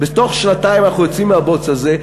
בתוך שנתיים אנחנו יוצאים מהבוץ הזה.